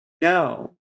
No